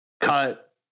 cut